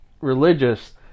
religious